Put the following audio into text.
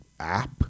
app